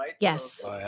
yes